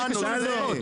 זה הנושא?